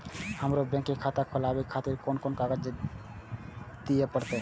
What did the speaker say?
हमरो बैंक के खाता खोलाबे खातिर कोन कोन कागजात दीये परतें?